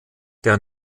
der